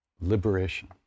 liberation